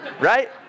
Right